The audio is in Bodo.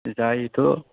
जायोथ'